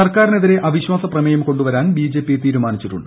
സർക്കാരിനെതിരെ അവിശ്വാസ പ്രമേയ്ക്ക്കിട്ടുവരാൻ ബിജെപി തീരുമാനിച്ചിട്ടുണ്ട്